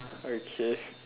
okay